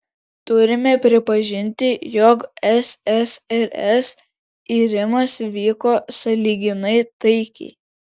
turime pripažinti jog ssrs irimas vyko sąlyginai taikiai